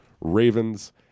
Ravens